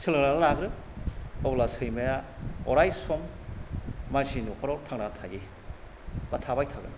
सोलोंनानै लाग्रो अब्ला सैमाया अराय सम मानसिनि न'खराव थांनानै थायो बा थाबाय थागोन